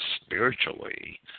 spiritually